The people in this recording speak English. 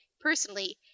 personally